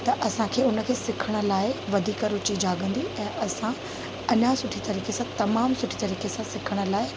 त असांखे उन खे सिखण लाइ वधीक रुचि जाॻंदी असां अञा सुठी तरीक़े सां तमामु सुठी तरीक़े सां सिखण लाइ